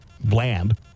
Bland